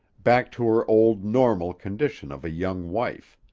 back to her old normal condition of a young wife.